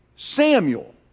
samuel